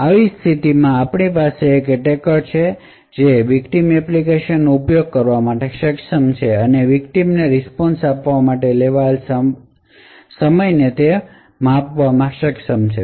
તેથી આવી સ્થિતિમાં આપની પાસે એક એટેકર છે જે વિકટીમ એપ્લિકેશનનો ઉપયોગ કરવા માટે સક્ષમ છે અને વિકટીમને રિસ્પોન્સ આપવા માટે લેવાયેલા સમયને માપવામાં સક્ષમ છે